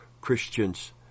Christians